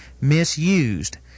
misused